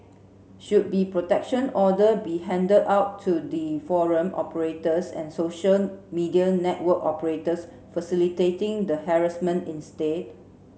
should be protection order be handed out to the forum operators and social media network operators facilitating the harassment instead